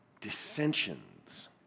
dissensions